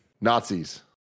Nazis